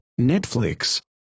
Netflix